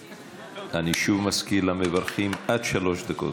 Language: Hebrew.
אני שוב מזכיר למברכים: עד שלוש דקות.